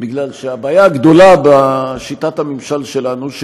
כי הבעיה הגדולה בשיטת הממשל שלנו היא